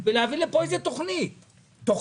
היה צריך להביא לפה תכנית כלשהי,